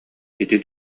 ити